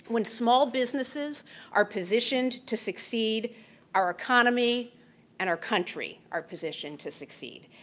when small businesses are positioned to succeed our economy and our country, our position to succeed.